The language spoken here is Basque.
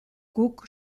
guk